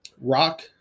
Rock